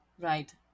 Right